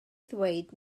ddweud